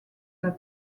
that